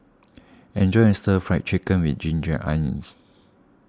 enjoy your Stir Fried Chicken with Ginger Onions